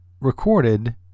recorded